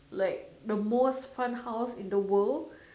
like the most fun house in the world